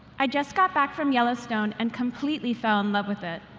i just got back from yellowstone and completely fell in love with it.